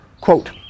Quote